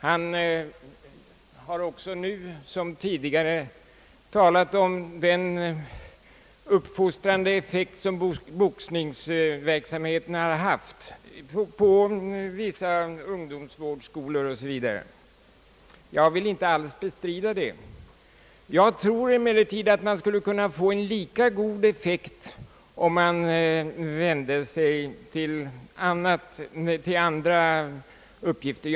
Han har också nu som tidigare talat om den uppfostrande effekt som boxningsverksamheten har haft vid vissa ungdomsvårdsskolor 0. s. v. Jag vill inte alls bestrida det. Jag tror emellertid man skulle kunna få lika god effekt om man vände sig till andra idrot ter.